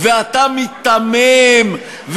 ואתה מיתמם,